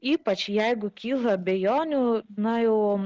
ypač jeigu kyla abejonių na jau